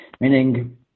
meaning